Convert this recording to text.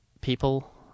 people